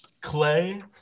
Clay